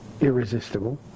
irresistible